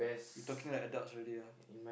you talking like adults already ah